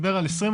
הוא דיבר על 20%,